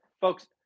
Folks